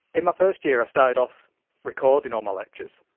in my first year i started off recording all my lectures,